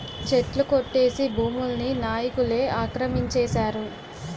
చెట్లు కొట్టేసి భూముల్ని నాయికులే ఆక్రమించేశారు